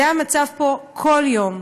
זה המצב פה כל יום.